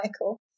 Michael